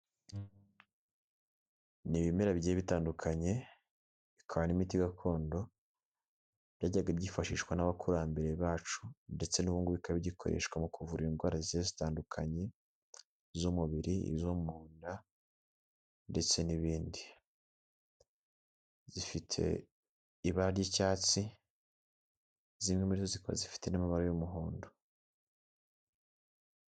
Ni ibimera bigiye bitandukanye bikaba n'imiti gakondo ,byajyaga byifashishwa n'abakurambere bacu ndetse n'ubu ngubu bikaba bigikoreshwa mu kuvura indwara zigiye zitandukanye. Iz'umubiri izo mu nda ndetse n'izindi zifite ibara ry'icyatsi, zimwe muri zo zikoze zifite n'imibara y'umuhondo.